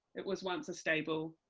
it was once a stable.